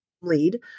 lead